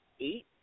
eight